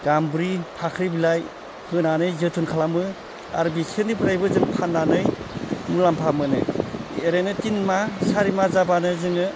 गाम्बारि फाख्रि बिलाइ होनानै जोथोन खालामो आरो बिसोरनिफ्रायबो जों फाननानै मुलाम्फा मोनो ओरैनो तिन माह सारि माह जाब्लानो जोङो